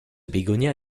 bégonia